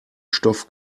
stoff